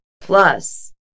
Plus